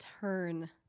turn